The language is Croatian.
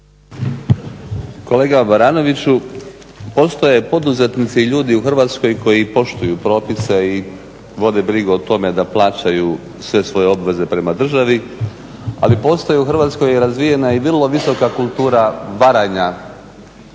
Kolega Baranoviću, postoje poduzetnici i ljudi u Hrvatskoj koji poštuju propise i vode brigu o tome da plaćaju sve svoje obveze prema državi, ali postoji u Hrvatskoj razvijena i vrlo visoka kultura varanja